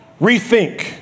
rethink